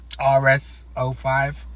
RS05